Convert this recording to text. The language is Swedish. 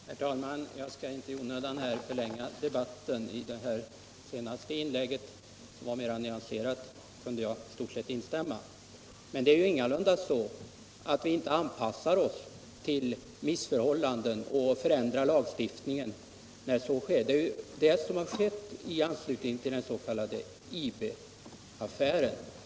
Herr talman! Jag skall inte i onödan förlänga debatten. Herr Svenssons i Malmö senaste inlägg var mer nyanserat, och i det kan jag i stort sett instämma. Det är ingalunda så att vi inte beaktar missförhållanden och underlåter att förändra lagstiftningen. Tvärtom har ju så skett i anstutning till den s.k. IB-affären.